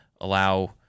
allow